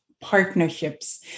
partnerships